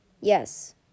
Yes